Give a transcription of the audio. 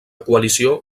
coalició